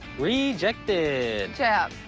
rejected! jep!